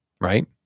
right